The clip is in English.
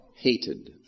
hated